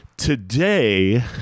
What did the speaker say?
Today